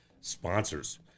Sponsors